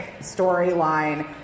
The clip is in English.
storyline